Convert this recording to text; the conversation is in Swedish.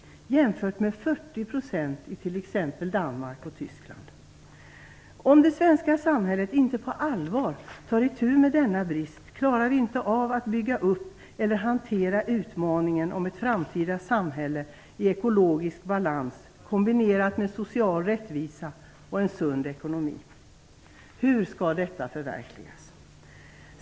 Detta är att jämföra med 40 % i t.ex. Danmark och Tyskland. Om det svenska samhället inte på allvar tar itu med denna brist, klarar vi inte av att bygga upp eller hantera utmaningen om ett framtida samhälle i ekologisk balans, kombinerat med social rättvisa och en sund ekonomi. Hur skall detta förverkligas?